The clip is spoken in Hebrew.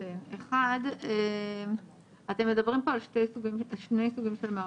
אתם מדברים פה על שני סוגים של מערכות.